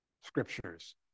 scriptures